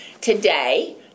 Today